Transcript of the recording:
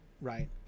right